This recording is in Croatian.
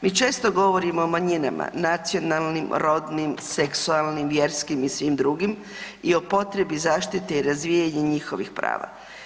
Mi često govorimo o manjinama, nacionalnim, rodnim, seksualnim, vjerskim i svim i drugim i o potrebi zaštite i razvijanja njihovih prava.